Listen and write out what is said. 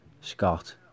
Scott